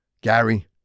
Gary